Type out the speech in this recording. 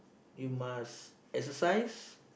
you must exercise